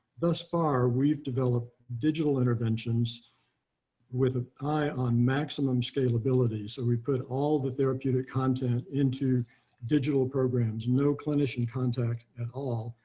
thus far we've developed digital interventions with an eye on maximum scalability. so we put all the therapeutic content into digital programs, no clinician contact at all,